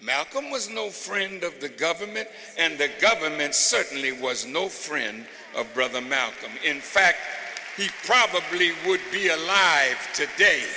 malcolm was no friend of the government and the government certainly was no friend of brother malcolm in fact he probably would be alive today